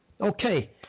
Okay